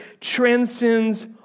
transcends